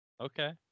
okay